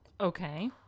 Okay